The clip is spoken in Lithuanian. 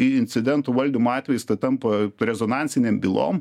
incidentų valdymo atvejis tai tampa rezonansinėm bylom